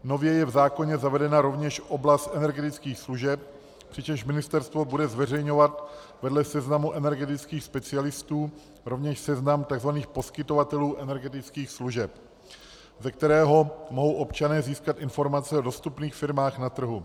Nově je v zákoně zavedena rovněž oblast energetických služeb, přičemž ministerstvo bude zveřejňovat vedle seznamu energetických specialistů rovněž seznam takzvaných poskytovatelů energetických služeb, ze kterého mohou občané získat informace o dostupných firmách na trhu.